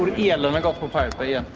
but of the and um and pirate bay ah